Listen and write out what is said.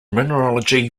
mineralogy